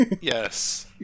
Yes